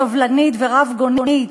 סובלנית ורבגונית,